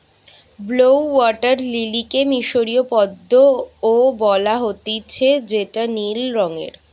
blue water লিলিকে মিশরীয় পদ্ম ও বলা হতিছে যেটা নীল রঙের